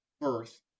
birth